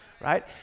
right